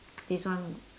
this one